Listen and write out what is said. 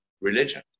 religion